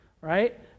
right